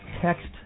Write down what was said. text